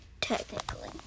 technically